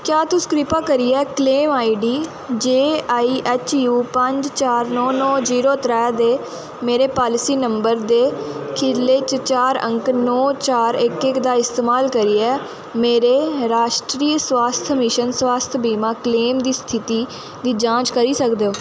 क्या तुस किरपा करियै claim ID J I H U पंज चार नौ नौ जीरो त्रैऽ ते मेरे पालिसी नंबर दे खीरले च चार अंक नौ चार इक इक दा इस्तेमाल करियै मेरे राश्ट्री स्वास्थ मिशन स्वास्थ बीमा क्लेम दी स्थिति दी जांच करी सकदे ओ